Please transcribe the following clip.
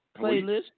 playlist